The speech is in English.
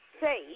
say